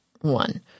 one